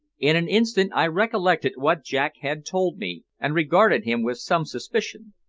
in an instant i recollected what jack had told me, and regarded him with some suspicion.